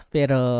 Pero